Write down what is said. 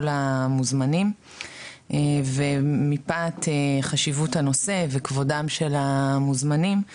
המוזמנים ומפאת חשיבות הנושא וכבודם של המוזמנים,